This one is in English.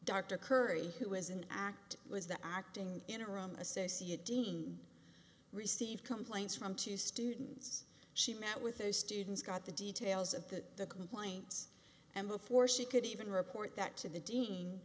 dr currie who was an act was the acting interim associate dean received complaints from two students she met with those students got the details of the complaints and before she could even report that to the dean